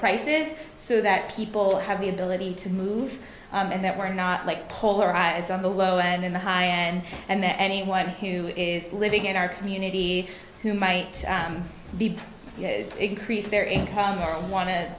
prices so that people have the ability to move and that we're not like polarized on the low end in the high end and the anyone who is living in our community who might be increase their income or wan